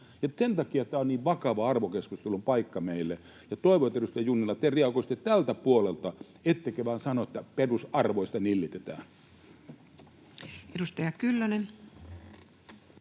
Sen takia tämä on niin vakava arvokeskustelun paikka meille, ja toivon, edustaja Junnila, että te reagoisitte tältä puolelta ettekä vain sano, että perusarvoista nillitetään. [Speech